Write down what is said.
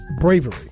Bravery